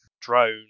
drone